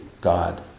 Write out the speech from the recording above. God